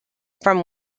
from